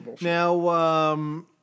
Now